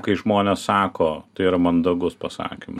kai žmonės sako tai yra mandagus pasakymas